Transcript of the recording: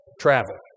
travel